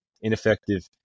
ineffective